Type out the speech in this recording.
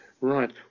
Right